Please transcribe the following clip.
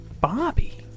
Bobby